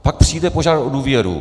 Pak přijde požádat o důvěru.